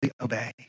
obey